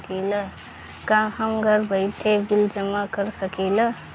का हम घर बइठे बिल जमा कर शकिला?